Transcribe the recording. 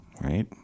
Right